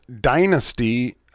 dynasty